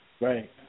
Right